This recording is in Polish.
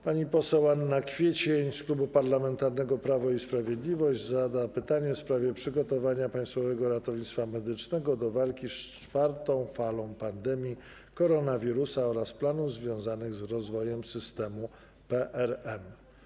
Pani poseł Anna Kwiecień z Klubu Parlamentarnego Prawo i Sprawiedliwość zada pytanie w sprawie przygotowania Państwowego Ratownictwa Medycznego do walki z czwartą falą pandemii koronawirusa oraz planów związanych z rozwojem systemu PRM.